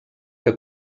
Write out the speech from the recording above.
que